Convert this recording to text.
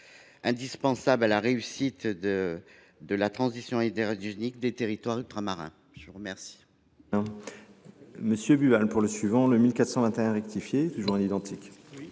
indispensable à la réussite de la transition énergétique des territoires ultramarins. La parole